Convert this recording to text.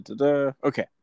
okay